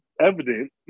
evident